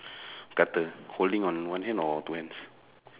cutter holding on one hand or two hands